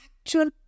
actual